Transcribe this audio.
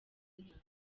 inka